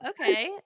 Okay